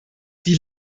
die